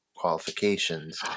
qualifications